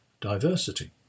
Diversity